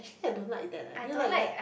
think I don't like that leh do you like that